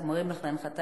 הוא מרים לך להנחתה.